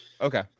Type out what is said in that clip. okay